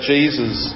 Jesus